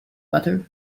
butter